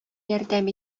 ярдәм